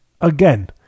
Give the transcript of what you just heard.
again